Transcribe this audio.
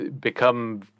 become